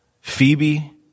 Phoebe